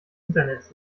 internets